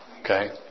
Okay